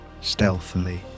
stealthily